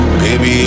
baby